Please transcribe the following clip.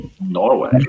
Norway